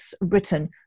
written